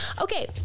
Okay